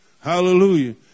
Hallelujah